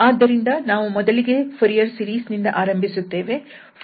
ಆದ್ದರಿಂದ ನಾವು ಮೊದಲಿಗೆ ಫೊರಿಯರ್ ಸೀರೀಸ್ ನಿಂದ ಆರಂಭಿಸುತ್ತೇವೆ